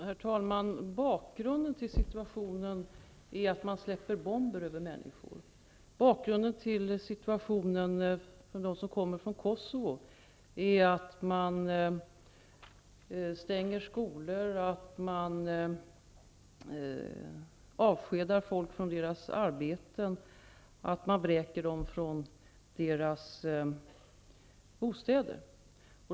Herr talman! Bakgrunden till situationen är att man släpper bomber över människor. Bakgrunden för dem som kommer från Kosovo är att skolor stängs, folk avskedas från sina arbeten och vräks från sina bostäder.